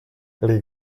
les